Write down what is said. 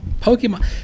Pokemon